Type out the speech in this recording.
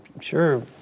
sure